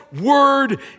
word